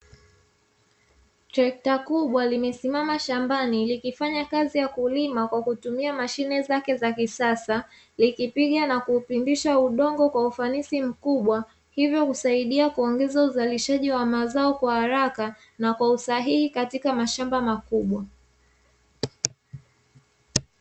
Trekta kubwa limesimama shambani likifanya kazi ya kulima kwa kutumia mashine zake za kisasa, likipiga na kuupindisha udongo kwa ufanisi mkubwa, hivyo husaidia kuongeza uzalishaji wa mazao na kwa haraka na kwa usahihi katika mashamba makubwa.